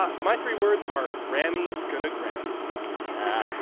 ah my three words are grammys gonna grammy yeah.